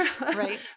right